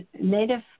Native